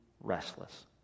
restless